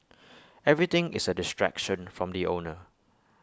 everything is A distraction from the owner